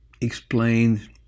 explained